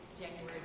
January